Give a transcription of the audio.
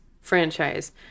franchise